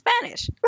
Spanish